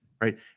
Right